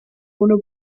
ohne